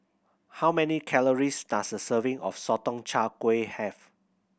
how many calories does a serving of Sotong Char Kway have